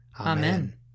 Amen